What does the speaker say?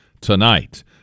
tonight